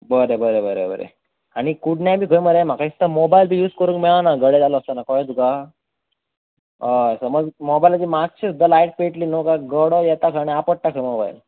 बरें बरें आनी कुडण्या बी थंय मरे म्हाका दिसता मोबायल बीन यूझ करूंक मेळना गडे चालू आसतना कळ्ळें तुका हय समज मोबायल बी मातशें सुद्दां लायट पेटली गडो मोबायल घेता